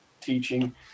teaching